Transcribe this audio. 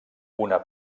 una